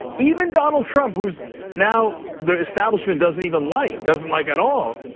even donald trump, who now the establishment doesn't even like, doesn't like at all,